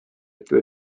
ütleb